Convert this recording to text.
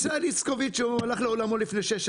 ישראל איצקוביץ' הלך לעולמו לפני שש שנים.